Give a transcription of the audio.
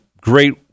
great